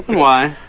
why?